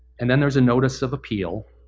and then there's a notice of appeal,